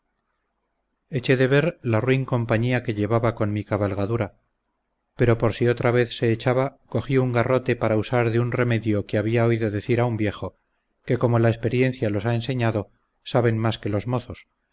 de ver la ruin compañía que llevaba con mi cabalgadura pero por si otra vez se echaba cogí un garrote para usar de un remedio que había oído decir a un viejo que como la experiencia los ha enseñado saben más que los mozos